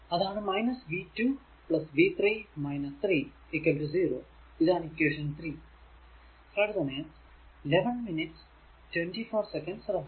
അതാണ് v 2 v 3 3 0 ഇതാണ് equation 3